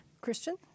Christian